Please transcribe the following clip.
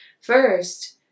first